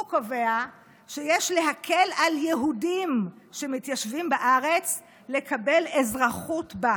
הוא קובע שיש להקל על יהודים שמתיישבים בארץ לקבל אזרחות בה.